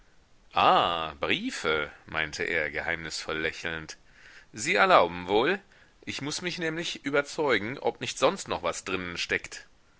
briefe meinte er geheimnisvoll lächelnd sie erlauben wohl ich muß mich nämlich überzeugen ob nicht sonst noch was drinnen steckt